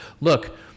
look